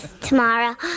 tomorrow